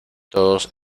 todos